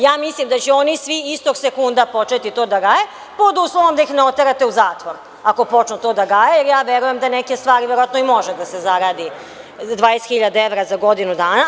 Ja mislim da će oni svi istog sekunda početi to da gaje, pod uslovom da ih ne oterate u zatvor ako počnu to da gaje, jer ja verujem da na nekim stvarima verovatno i može da se zaradi 20.000 evra za godinu dana.